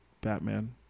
Batman